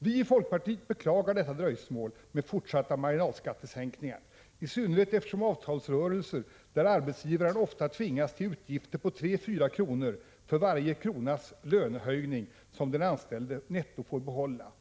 Vi i folkpartiet beklagar detta dröjsmål med fortsatta marginalskattesänkningar, i synnerhet som vi har ett skattesystem som ofta tvingar arbetsgivaren till utgifter på 3—4 kr. för varje krona i lönehöjning som den anställde får behålla netto.